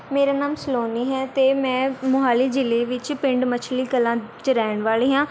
ਮੇਰਾ ਨਾਮ ਸਲੋਨੀ ਹੈ ਅਤੇ ਮੈਂ ਮੋਹਾਲੀ ਜ਼ਿਲ੍ਹੇ ਵਿੱਚ ਪਿੰਡ ਮੱਛਲੀ ਕਲਾਂ 'ਚ ਰਹਿਣ ਵਾਲੀ ਹਾਂ